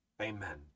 Amen